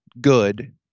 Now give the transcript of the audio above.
good